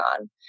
on